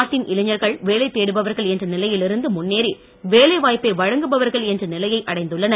நாட்டின் இளைஞர்கள் வேலை தேடுபவர்கள் என்ற நிலையிலிருந்து முன்னேறி வேலை வாய்ப்பை வழங்குபவர்கள் என்ற நிலையை அடைந்துள்ளனர்